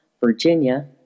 Virginia